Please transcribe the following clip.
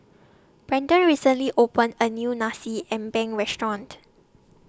Brenden recently opened A New Nasi Ambeng Restaurant